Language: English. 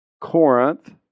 Corinth